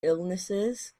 illnesses